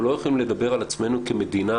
אנחנו לא יכולים לדבר על עצמנו כמדינה